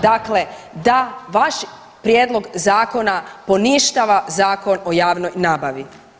Dakle, da vaš prijedlog zakona poništava Zakon o javnoj nabavi.